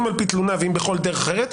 אם על פי תלונה ואם בכל דרך אחרת,